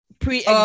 pre